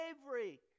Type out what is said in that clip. slavery